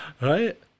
right